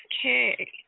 okay